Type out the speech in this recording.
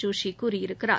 ஜோஷி கூறியிருக்கிறார்